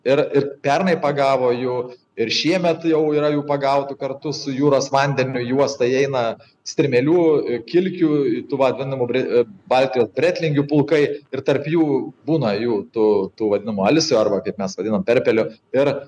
ir ir pernai pagavo jų ir šiemet jau yra jų pagautų kartu su jūros vandeniu juosta įeina strimėlių kilkių tų vadinamų bre baltijos bretlingių pulkai ir tar jų būna jų tų vadinamų alsių arba kaip mes vadiname perpelių ir